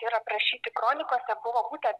ir aprašyti kronikose buvo būtent